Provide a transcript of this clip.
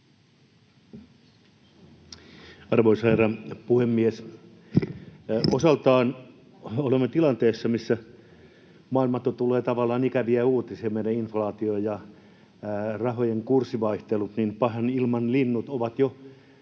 Arvoisa herra puhemies! Osaltaan olemme tilanteessa, missä maailmalta tulee tavallaan ikäviä uutisia, meidän inflaatio ja rahojen kurssivaihtelut, ja pahan ilman linnut ovat jo